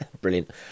Brilliant